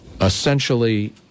Essentially